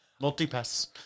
multi-pass